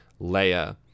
Leia